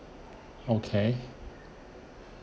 okay